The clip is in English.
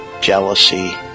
jealousy